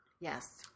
Yes